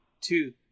two